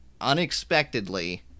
unexpectedly